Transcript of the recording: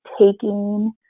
taking